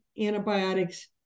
antibiotics